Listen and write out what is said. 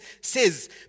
says